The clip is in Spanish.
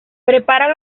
prepara